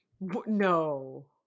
No